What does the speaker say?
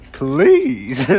please